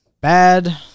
bad